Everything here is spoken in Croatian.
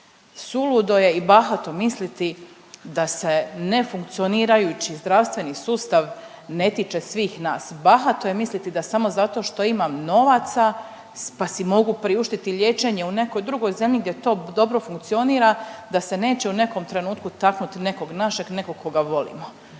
Suludo je i bahato misliti da se ne funkcionirajući zdravstveni sustav ne tiče svih nas, bahato je misliti da samo zato što imam novaca pa si mogu priuštiti liječenje u nekoj drugoj zemlji gdje to dobro funkcionira da se neće u nekom trenutku taknuti nekog našeg, nekog koga volimo.